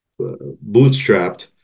bootstrapped